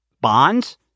Bonds